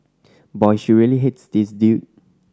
boy she really hates this dude